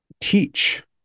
teach